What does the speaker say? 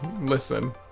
Listen